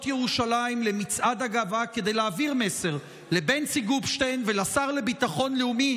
ירושלים למצעד הגאווה כדי להעביר מסר לבנצי גופשטיין ולשר לביטחון לאומי,